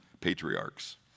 patriarchs